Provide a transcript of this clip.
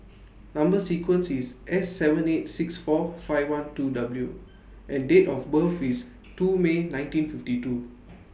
Number sequence IS S seven eight six four five one two W and Date of birth IS two May nineteen fifty two